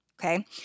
okay